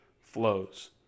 flows